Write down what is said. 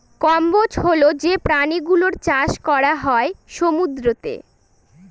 কম্বোজ হল যে প্রাণী গুলোর চাষ করা হয় সমুদ্রতে